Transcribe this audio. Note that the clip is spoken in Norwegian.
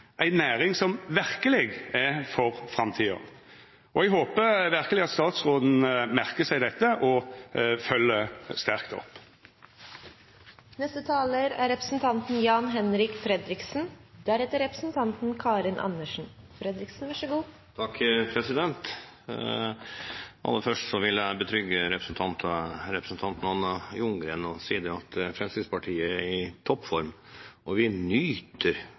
ei komplett norsk verdikjede og konkurransekraft i ei næring som verkeleg er for framtida. Eg håper verkeleg at statsråden merkjer seg dette og følgjer sterkt opp. Aller først vil jeg betrygge representanten Anna Ljunggren og si at Fremskrittspartiet er i toppform, og vi nyter